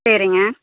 சரிங்க